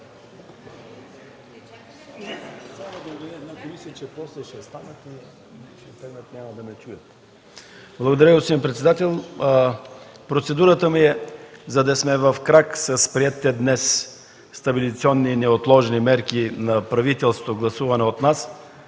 Благодаря, господин председател. Процедурата ми е, за да сме в крак с приетите днес стабилизационни и неотложни мерки на правителството, гласувани от нас,